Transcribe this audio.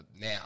now